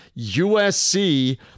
USC